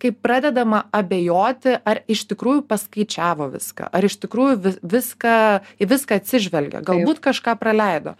kai pradedama abejoti ar iš tikrųjų paskaičiavo viską ar iš tikrųjų vi viską į viską atsižvelgia galbūt kažką praleido